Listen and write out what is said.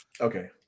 Okay